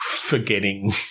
forgetting